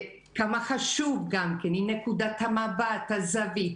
כמה חשובה נקודת המבט, הזווית.